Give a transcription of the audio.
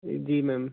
जी ma'am